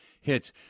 hits